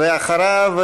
ואחריו,